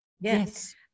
Yes